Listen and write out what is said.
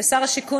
לשר השיכון,